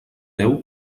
teu